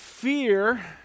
fear